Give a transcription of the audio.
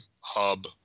hub